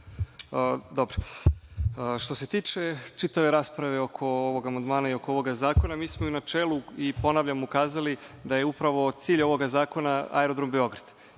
Nogo** Što se tiče čitave rasprave oko ovog amandmana i oko ovog zakona, mi smo u načelu, ponavljam ukazali da je upravo cilj ovog zakona Aerodrom „Beograd“